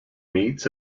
meets